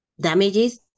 damages